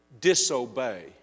disobey